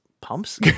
pumps